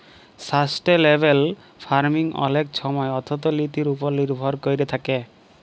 sustainable farming অলেক ছময় অথ্থলিতির উপর লির্ভর ক্যইরে থ্যাকে